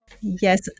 Yes